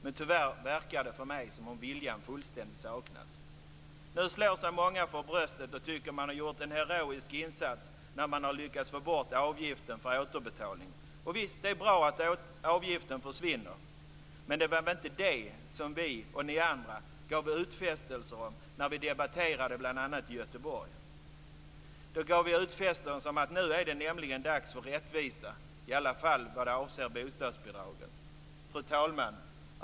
Men tyvärr verkar det för mig som om viljan fullständigt saknas. Nu slår sig många för bröstet och tycker att man har gjort en heroisk insats när man har lyckats få bort avgiften för återbetalning. Och visst är det bra att avgiften försvinner. Men det var inte det som vi och ni andra gav utfästelser om när vi debatterade i bl.a. Göteborg. Då gav vi nämligen utfästelser om att nu är dags för rättvisa, i alla fall vad avser bostadsbidragen. Fru talman!